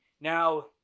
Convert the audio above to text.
Now